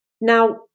Now